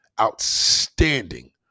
Outstanding